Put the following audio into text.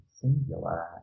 singular